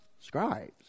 scribes